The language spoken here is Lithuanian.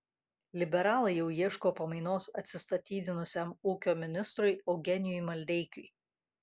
liberalai jau ieško pamainos atsistatydinusiam ūkio ministrui eugenijui maldeikiui